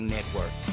Network